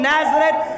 Nazareth